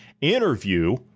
interview